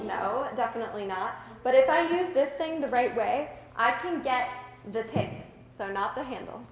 no definitely not but if i use this thing the right way i can get the head so not to handle